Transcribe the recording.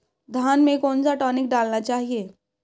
धान में कौन सा टॉनिक डालना चाहिए?